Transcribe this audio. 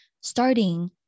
starting